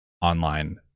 online